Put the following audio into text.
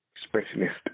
specialist